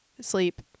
sleep